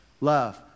Love